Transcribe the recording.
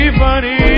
funny